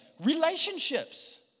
relationships